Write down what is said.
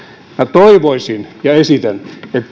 toivoisin ja esitän